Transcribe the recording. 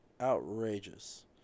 Outrageous